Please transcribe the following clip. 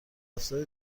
رفتار